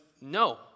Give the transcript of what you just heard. no